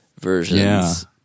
versions